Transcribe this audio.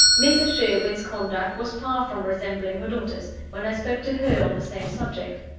mrs. sherwin's conduct was far from resembling her daughter's, when i spoke to her on the same subject.